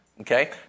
Okay